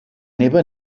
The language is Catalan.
neva